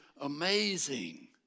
amazing